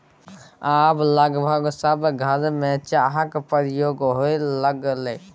आब लगभग सभ घरमे चाहक प्रयोग होए लागलै